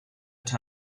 like